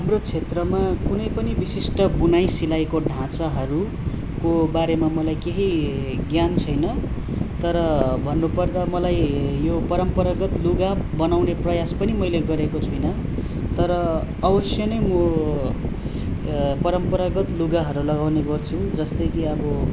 हाम्रो क्षेत्रमा कुनै पनि विशिष्ट बुनाई सिलाईको ढाँचाहरूको बारेमा मलाई केही ज्ञान छैन तर भन्नु पर्दा मलाई यो परम्परागत लुगा बनाउने प्रयास पनि मैले गरेको छुइनँ तर अवश्य नै म परम्परागत लुगाहरू लगाउने गर्छु जस्तै कि आबो